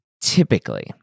typically